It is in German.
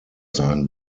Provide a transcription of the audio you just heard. sein